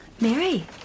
Mary